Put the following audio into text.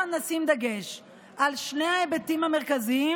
יחד נשים דגש על שני ההיבטים המרכזיים